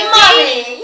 money